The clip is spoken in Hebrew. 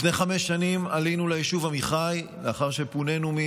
לפני חמש שנים עלינו ליישוב עמיחי לאחר שפונינו,